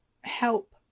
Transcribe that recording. help